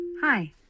Hi